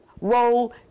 role